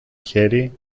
χέρι